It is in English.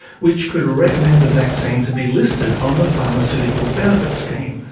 which could recommend the vaccine to be listed on the pharmaceutical benefits scheme,